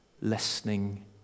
listening